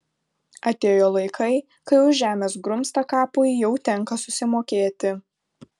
atėjo laikai kai už žemės grumstą kapui jau tenka susimokėti